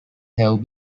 have